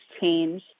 change